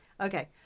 Okay